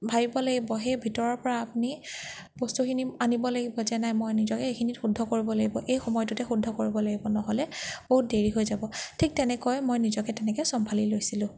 ভাবিব লাগিব সেই ভিতৰৰপৰা আপুনি বস্তুখিনি আনিব লাগিব যে নাই মই নিজকে সেইখিনিত শুদ্ধ কৰিব লাগিব এই সময়টোতে শুদ্ধ কৰিব লাগিব ন'হলে বহুত দেৰি হৈ যাব ঠিক তেনেকৈ মই নিজকে তেনেকৈ চম্ভালি লৈছিলোঁ